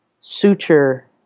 suture